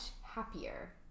happier